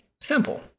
Simple